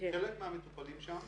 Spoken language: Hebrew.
חלק מהמטופלים שם